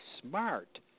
smart